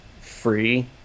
free